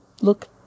look